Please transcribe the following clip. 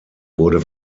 wurde